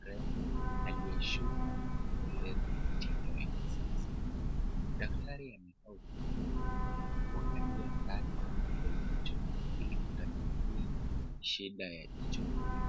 mrembo aliyeshuka nywele kwa mtindo wa kisasa. Daktari amekaa kuangalia ndani kwa jicho ili kutathmini shida ya jicho hilo.